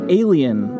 alien